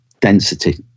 density